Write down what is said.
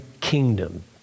kingdom